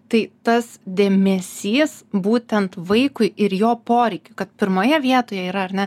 tai tas dėmesys būtent vaikui ir jo poreikiui kad pirmoje vietoje yra ar ne